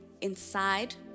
inside